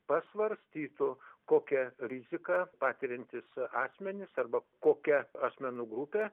pasvarstytų kokią riziką patiriantys asmenys arba kokia asmenų grupė